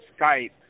skype